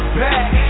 back